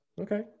Okay